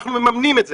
ואנחנו מממנים את זה,